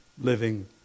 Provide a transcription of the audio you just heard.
living